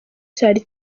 cyari